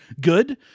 good